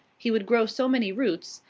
he would grow so many roots,